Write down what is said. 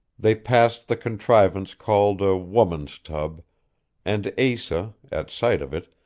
they passed the contrivance called a woman's tub and asa, at sight of it,